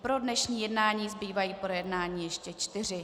Pro dnešní jednání zbývají k projednání ještě čtyři.